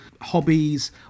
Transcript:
hobbies